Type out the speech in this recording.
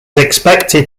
expected